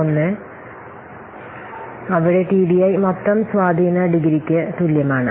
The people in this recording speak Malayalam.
01 അവിടെ ടിഡിഐ മൊത്തം സ്വാധീന ഡിഗ്രിക്ക് തുല്യമാണ്